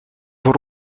van